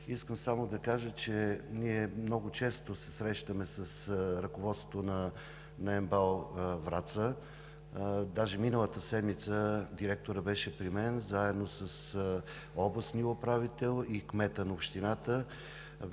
Искам само да кажа, че ние много често се срещаме с ръководството на МБАЛ – Враца. Даже миналата седмица директорът беше при мен, заедно с областния управител и кмета на общината.